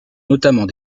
notamment